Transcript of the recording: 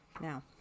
Now